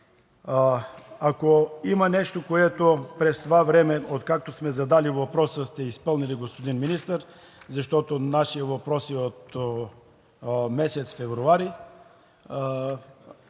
Ако има нещо, което през това време, откакто сме задали въпроса, сте изпълнили, господин Министър, защото нашият въпрос е от месец февруари,